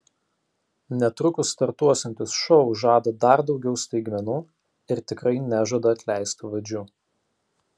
netrukus startuosiantis šou žada dar daugiau staigmenų ir tikrai nežada atleisti vadžių